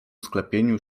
sklepieniu